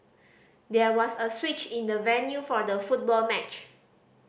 there was a switch in the venue for the football match